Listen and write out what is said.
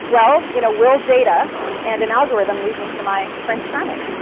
well, you know will data and an algorithm lead me to my prince charming?